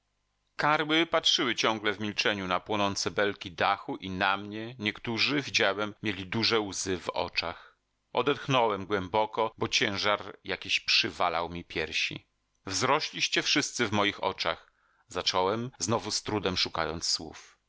karły patrzyły ciągle w milczeniu na płonące belki dachu i na mnie niektórzy widziałem mieli duże łzy w oczach odetchnąłem głęboko bo ciężar jakiś przywalał mi piersi wzrośliście wszyscy w moich oczach zacząłem znowu z trudem szukając słów